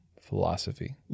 philosophy